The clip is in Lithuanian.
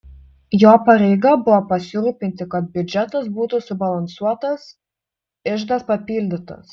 jo pareiga buvo pasirūpinti kad biudžetas būtų subalansuotas iždas papildytas